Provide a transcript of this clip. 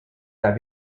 that